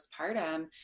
postpartum